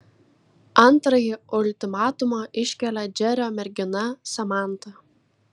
antrąjį ultimatumą iškelia džerio mergina samanta